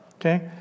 Okay